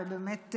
ובאמת,